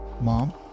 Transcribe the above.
mom